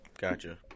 Gotcha